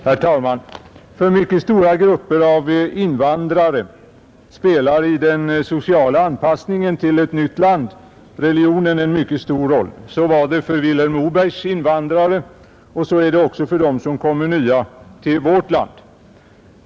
Herr talman! För mycket stora grupper av invandrare spelar i den sociala anpassningen till ett nytt land religionen en mycket stor roll. Så var det för Vilhelm Mobergs invandrare, så är det också för dem som kommer nya till vårt land.